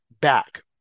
back